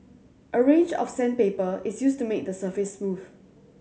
a range of sandpaper is used to make the surface smooth